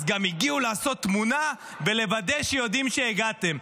אז גם הגיעו לעשות תמונה כדי לוודא שיודעים שהגעתם.